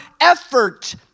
effort